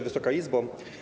Wysoka Izbo!